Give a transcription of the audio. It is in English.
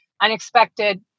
Unexpected